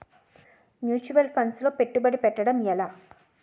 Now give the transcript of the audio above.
Mutual funds లో పెట్టుబడి పెట్టడం ఎలా?